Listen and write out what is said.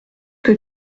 que